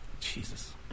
Jesus